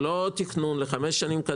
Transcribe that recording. זה לא תכנון לחמש שנים,